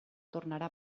tornarà